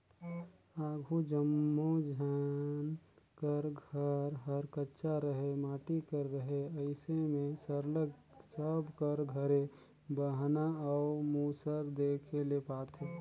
आघु जम्मो झन कर घर हर कच्चा रहें माटी कर रहे अइसे में सरलग सब कर घरे बहना अउ मूसर देखे ले पाते